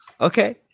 Okay